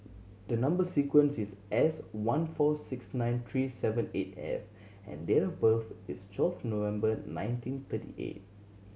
the number sequence is S one four six nine three seven eight F and date of birth is twelfth November nineteen thirty eight